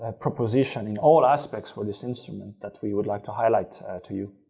and proposition in all aspects for this instrument that we would like to highlight to you.